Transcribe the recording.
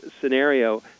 scenario